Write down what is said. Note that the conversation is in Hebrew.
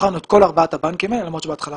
בחנו את כל ארבעת הבנקים האלה למרות שבהתחלה